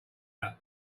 enough